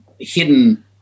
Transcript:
hidden